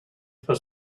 for